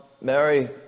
Mary